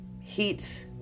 heat